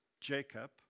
Jacob